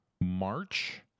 March